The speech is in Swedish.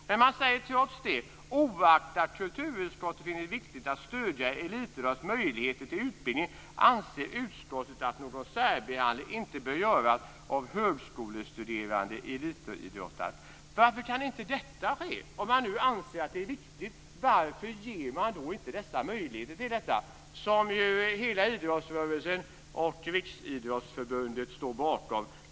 Trots det säger man: "Oaktat kulturutskottet finner det viktigt att stödja elitidrottares möjlighet till utbildning anser utskottet att någon särbehandling inte bör göras av högskolestuderande elitidrottare." Varför kan inte detta ske? Om man nu anser att det är viktigt, varför ger man då inte möjligheter till detta, vilket hela idrottsrörelsen och Riksidrottsförbundet står bakom?